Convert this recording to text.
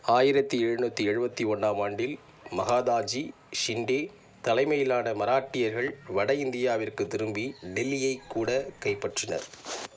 ஆயிரத்தி எழுநூற்றி எழுபத்தி ஒன்றாம் ஆண்டில் மகாதாஜி ஷிண்டே தலைமையிலான மராட்டியர்கள் வட இந்தியாவிற்குத் திரும்பி டெல்லியைக் கூடக் கைப்பற்றினர்